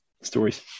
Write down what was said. stories